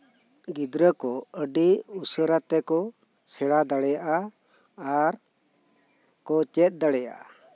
ᱜᱤᱫᱽᱨᱟᱹ ᱠᱚ ᱟᱹᱰᱤ ᱩᱥᱟᱹ ᱛᱮᱠᱚ ᱥᱮᱬᱟ ᱫᱟᱲᱮᱭᱟᱜᱼᱟ ᱟᱨ ᱠᱚ ᱪᱮᱫ ᱫᱟᱲᱮᱭᱟᱜᱼᱟ